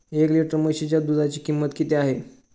एक लिटर म्हशीच्या दुधाची किंमत किती आहे?